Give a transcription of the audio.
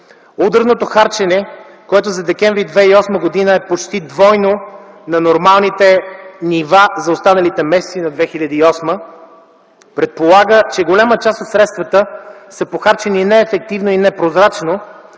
Ударното харчене, което за декември 2008 г. е почти двойно спрямо нормалните нива за останалите месеци на 2008 г., предполага, че голяма част от средствата са похарчени неефективно и непрозрачно,